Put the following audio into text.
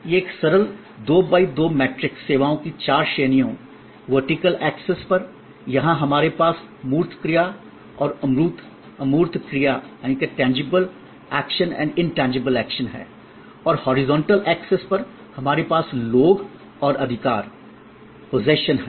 यह एक सरल 2 है 2 मैट्रिक्स सेवाओं की चार श्रेणियां खडे ऊर्ध्वाधर अक्ष पर यहां हमारे पास मूर्त क्रिया और अमूर्त क्रिया है और क्षैतिज अक्ष पर हमारे पास लोग और अधिकार पोसेशन possession हैं